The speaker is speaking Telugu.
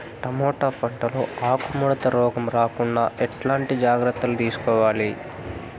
టమోటా పంట లో ఆకు ముడత రోగం రాకుండా ఎట్లాంటి జాగ్రత్తలు తీసుకోవాలి?